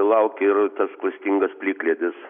laukia ir tas klastingas plikledis